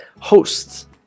Hosts